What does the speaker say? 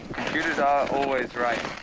computers are always right,